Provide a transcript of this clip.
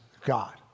God